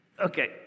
Okay